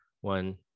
one